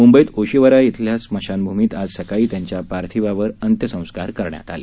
मुंबईत ओशिवरा इथल्या स्मशानभूमीत आज सकाळी त्यांच्या पार्थिवावर अंत्यसंस्कार करण्यात आले